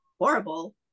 horrible